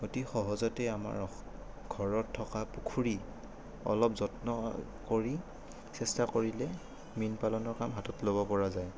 অতি সহজতে আমাৰ ঘৰত থকা পুখুৰী অলপ যত্ন কৰি চেষ্টা কৰিলে মীন পালনৰ কাম হাতত ল'ব পৰা যায়